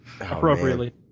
appropriately